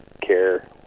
care